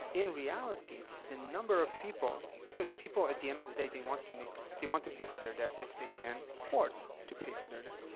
in reality, the number of people because people, at the end of the day, they want to make they want to pay for their debt if they can afford to pay for their debt.